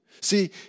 See